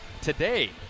today